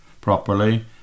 properly